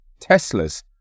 Teslas